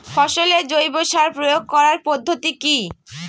ফসলে জৈব সার প্রয়োগ করার পদ্ধতি কি?